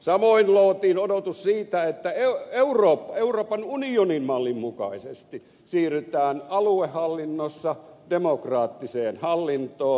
samoin luotiin odotus siitä että euroopan unionin mallin mukaisesti siirrytään aluehallinnossa demokraattiseen hallintoon